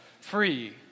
free